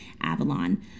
Avalon